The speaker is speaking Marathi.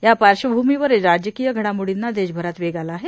या पार्श्वभूमीवर राजकीय घडामोडींना देशभरात वेग आला आहे